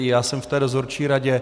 Já jsem v dozorčí radě.